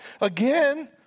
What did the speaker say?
again